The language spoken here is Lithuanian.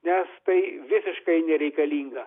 nes tai visiškai nereikalinga